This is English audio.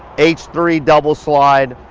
h three double slide.